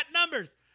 numbers